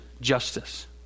justice